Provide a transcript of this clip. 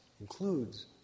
includes